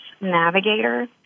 navigator